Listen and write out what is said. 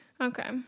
Okay